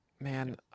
man